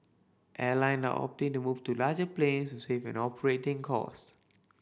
airline are opting to move to larger planes to save on operating costs